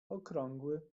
okrągły